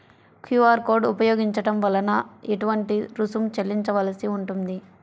QR code ఉపయోగించటం వలన ఏటువంటి రుసుం చెల్లించవలసి ఉంటుంది?